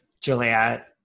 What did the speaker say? Juliet